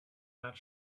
not